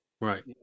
Right